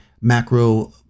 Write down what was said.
macro